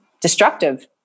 destructive